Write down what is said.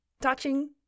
touching